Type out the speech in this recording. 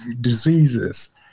diseases